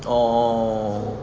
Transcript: orh